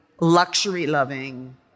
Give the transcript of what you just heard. luxury-loving